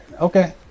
Okay